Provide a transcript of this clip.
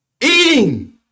Eating